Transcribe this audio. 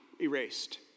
erased